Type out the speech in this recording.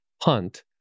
hunt